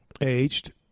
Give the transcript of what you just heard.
aged